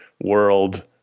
world